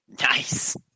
Nice